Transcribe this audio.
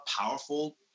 powerful